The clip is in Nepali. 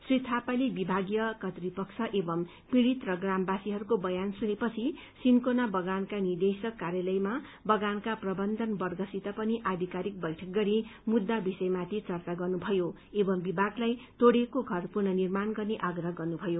श्री थापाले विभागीय कृतपक्ष एवं पीड़ित र ग्रामवासीहरूको बयान सुने पछि सिन्कोना बगानका निदेशक कार्यालयमा बगानका प्रबन्धनवर्गसित पनि आधिकारिक बैठक गरी मुद्दा विषयमाथि चर्चा गर्नुभयो एवं विभागलाई तोड़िएको घर पुनः निम्प्रण गर्ने आप्रह गर्नुभयो